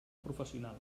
professional